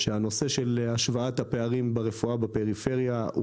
שהנושא של השוואת הפערים ברפואה בפריפריה הוא